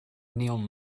neon